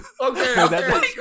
Okay